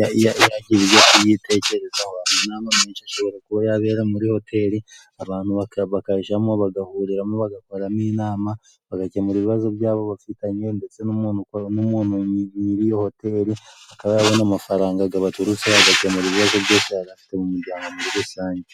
yagira ibyo yitekerezaho, amanama menshi ashobora kuba yabera muri hoteli abantu bakajyamo, bagahuriramo bagakoramo inama bagakemura ibibazo byabo bafitanye, ndetse n'umuntu nyiri iyo hoteli akaba yabona amafaranga abaturutseho, agakemura ibibazo byose yari afite mu muryango muri rusange.